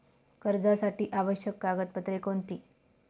कर्जासाठी आवश्यक कागदपत्रे कोणती?